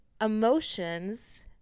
emotions